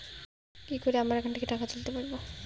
কি করে আমার একাউন্ট থেকে টাকা তুলতে পারব?